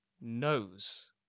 knows